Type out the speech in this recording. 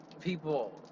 people